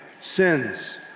sins